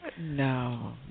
No